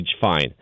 fine